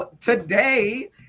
today